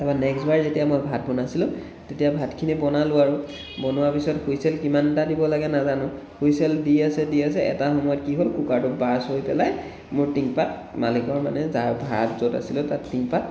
তাৰ পৰা নেক্সটবাৰ যেতিয়া মই ভাত বনাইছিলোঁ তেতিয়া ভাতখিনি বনালোঁ আৰু বনোৱা পিছত হুইছেল কিমানটা দিব লাগে নাজানোঁ হুইছেল দি আছে দি আছে এটা সময়ত কি হ'ল কুকাৰটো বাৰ্ষ্ট হৈ পেলাই মোৰ টিনপাত মালিকৰ মানে যাৰ ভাড়াত য'ত আছিলোঁ তাত টিনপাত